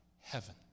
heaven